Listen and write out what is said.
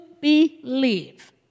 believe